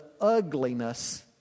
ugliness